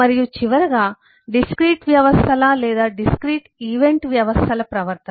మరియు చివరగా డిస్క్రీట్ వ్యవస్థల లేదా డిస్క్రీట్ ఈవెంట్ వ్యవస్థల ప్రవర్తన